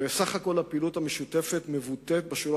וסך כל הפעילות המשותפת מתבטאת בשורה